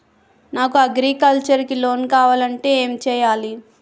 నాకు అగ్రికల్చర్ కి లోన్ కావాలంటే ఏం చేయాలి?